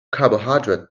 carbohydrate